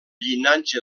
llinatge